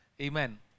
Amen